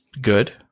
good